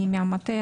אני מהמטה,